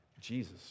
Jesus